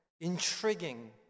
intriguing